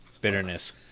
bitterness